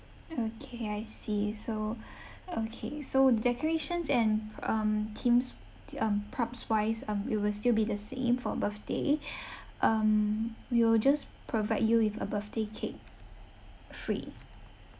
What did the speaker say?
okay I see so okay so the decorations and um themes t~ um props-wise um it will still be the same for birthday um we will just provide you with a birthday cake free